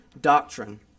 doctrine